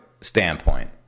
standpoint